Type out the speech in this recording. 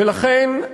ולכן,